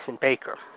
Baker